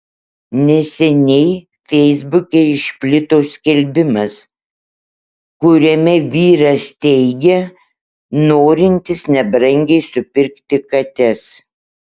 neseniai feisbuke išplito skelbimas kuriame vyras teigia norintis nebrangiai supirkti kates